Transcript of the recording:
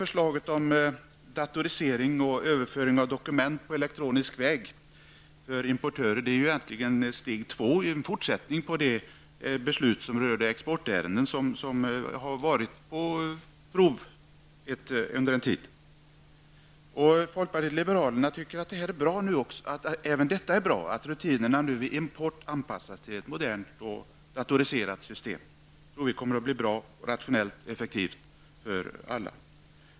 Förslaget om datorisering och överföring på elektronisk väg av dokument för importörer är egentligen steg två och en fortsättning av det system för exportärenden som man använt på prov under en tid. Folkpartiet liberalerna anser att det är bra att rutinerna även vid import anpassas till ett modernt och datoriserat system. Jag tror att det kommer att bli bra, rationellt och effektivit för alla.